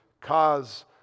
cause